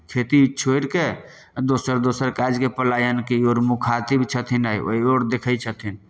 खेती छोड़ि कऽ आ दोसर दोसर काजके पलायनके ओर मुखातिब छथिन आइ ओहि ओर देखै छथिन